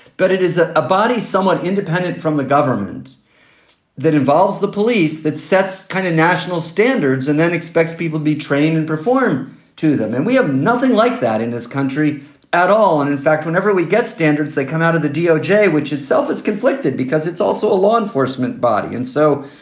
but it is a ah body somewhat independent from the government that involves the police, that sets kind of national standards and then expects people to be trained and perform to them. and we have nothing like that in this country at all. and in fact, whenever we get standards, they come out of the doj, which itself is conflicted because it's also a law enforcement body. and so,